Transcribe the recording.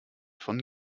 von